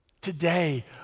today